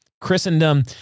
Christendom